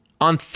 on –